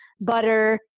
butter